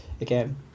again